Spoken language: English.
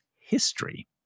history